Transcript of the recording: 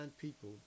people